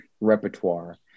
repertoire